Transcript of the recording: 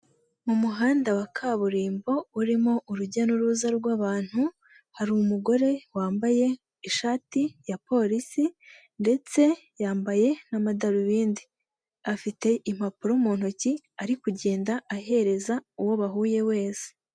Mu muhanda wa kaburimbo urimo urujya n'uruza rw'abantu, hari umugore wambaye ishati ya polisi ndetse yambaye n'amadarubindi, afite impapuro mu ntoki ari kugenda ahereza uwo bahuye wese.